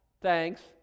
thanks